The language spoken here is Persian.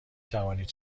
توانید